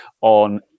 on